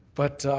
but